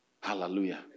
Hallelujah